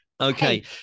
okay